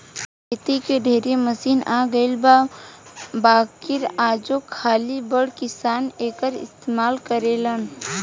खेती के ढेरे मशीन आ गइल बा बाकिर आजो खाली बड़ किसान एकर इस्तमाल करेले